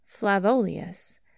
Flavolius